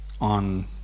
on